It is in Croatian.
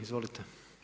Izvolite.